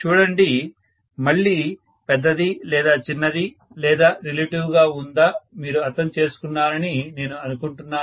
చూడండి మళ్ళీ పెద్దది లేదా చిన్నది లేదా రిలేటివ్ గా ఉందా మీరు అర్థం చేసుకున్నారని నేను అనుకుంటున్నాను